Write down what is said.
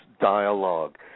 dialogue